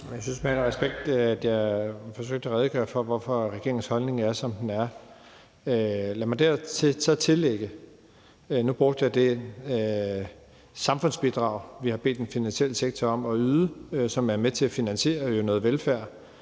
Jeg synes, med al respekt, at jeg forsøgte at redegøre for, hvorfor regeringens holdning er, som den er. Lad mig så dertil lægge, at jeg nævnte det samfundsbidrag, vi har bedt den finansielle sektor om at yde, og som er med til at finansiere noget velfærd,